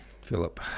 Philip